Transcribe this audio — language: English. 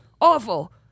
Awful